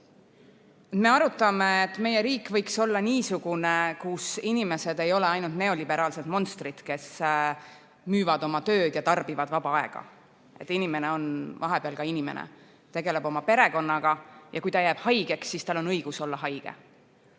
Me arutame, et meie riik võiks olla niisugune, kus inimesed ei ole ainult neoliberaalsed monstrid, kes müüvad oma tööd ja tarbivad vaba aega. Inimene on vahepeal ka inimene, kes tegeleb oma perekonnaga, ja kui ta jääb haigeks, siis tal on õigus olla haige.